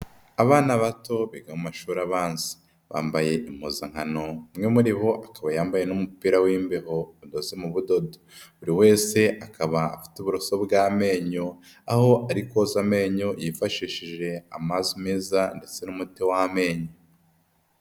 Abana bato biga amashuri abanza bambaye impuzankano, umwe muri bo akaba yambaye n'umupira w'imbeho udoze mu budodo. Buri wese akaba afite uburoso bw'amenyo aho ari koza amenyo yifashishije amazi meza ndetse n'umuti w'amenyo.